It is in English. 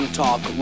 talk